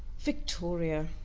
victoria.